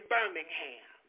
Birmingham